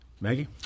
Maggie